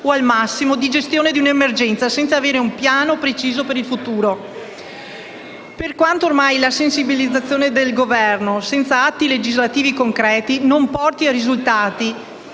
o, al massimo, di gestione di un'emergenza, senza un piano preciso per il futuro. Per quanto ormai la sensibilizzazione del Governo senza atti legislativi concreti non porti a risultati,